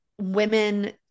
women